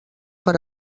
per